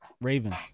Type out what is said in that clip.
Ravens